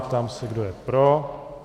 Ptám se, kdo je pro.